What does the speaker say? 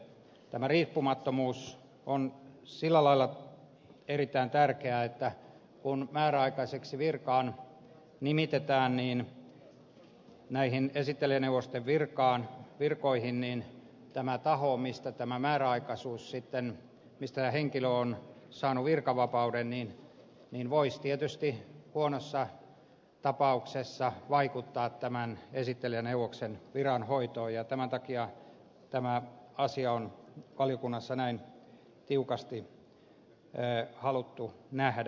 tämä riippumattomuus on sillä lailla erittäin tärkeä että kun määräaikaiseksi esittelijäneuvoksen virkaan nimitetään niin tämä taho mistä tämä henkilö on saanut virkavapauden voisi tietysti huonossa tapauksessa vaikuttaa tämän esittelijäneuvoksen viran hoitoon ja tämän takia tämä asia on valiokunnassa näin tiukasti haluttu nähdä